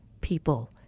people